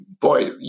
boy